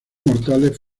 mortales